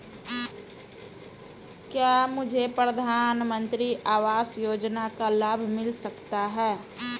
क्या मुझे प्रधानमंत्री आवास योजना का लाभ मिल सकता है?